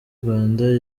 rwanda